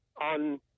on